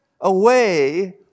away